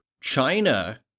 China